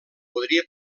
podria